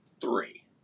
three